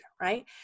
right